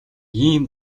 ийм